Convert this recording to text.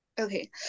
Okay